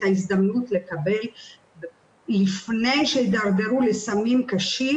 ההזדמנות לקבל לפני שהידרדרו לסמים קשים,